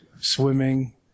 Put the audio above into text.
swimming